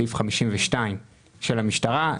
סעיף 52 של המשטרה.